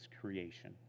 creation